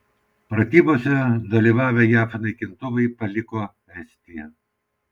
pratybose dalyvavę jav naikintuvai paliko estiją